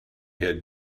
had